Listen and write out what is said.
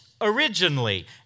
originally